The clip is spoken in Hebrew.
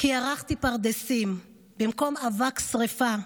כי הרחתי פרדסים / במקום אבק שרפה,